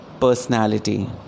personality